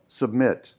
submit